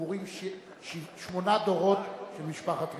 קבורים שמונה דורות של משפחת ריבלין.